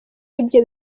ibyo